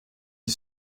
qui